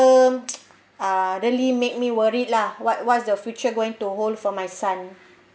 uh really make me worry lah what what is the future going to hold for my son